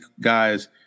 guys